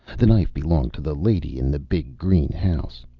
the knife belonged to the lady in the big green house.